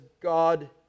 God